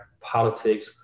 politics